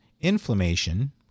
inflammation